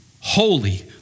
Holy